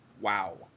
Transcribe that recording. wow